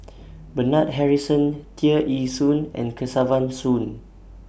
Bernard Harrison Tear Ee Soon and Kesavan Soon